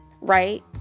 right